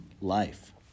life